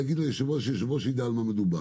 אני רוצה להגיד ליושב-ראש שיידע על מה מדובר.